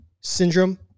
syndrome